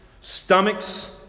stomachs